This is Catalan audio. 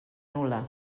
nul·la